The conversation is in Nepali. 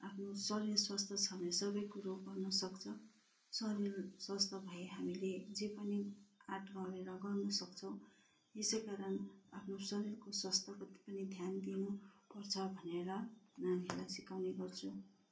आफ्नो शरीर स्वस्थ छ भने सबैकुरो गर्नु सक्छ शरीर स्वस्थ भए हामीले जे पनि आँट गरेर गर्न सक्छौँ यसै कारण आफ्नो शरीरको स्वस्थको पनि ध्यान दिनु पर्छ भनेर नानीहरूलाई सिकाउने गर्छु